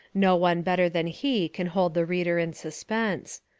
no one better than he can hold the reader in suspense.